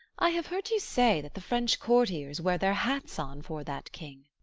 i have heard you say that the french courtiers wear their hats on fore that king.